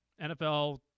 NFL